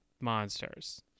monsters